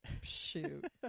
Shoot